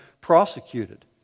prosecuted